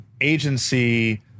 agency